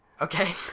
Okay